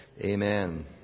Amen